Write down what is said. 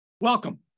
Welcome